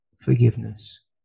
forgiveness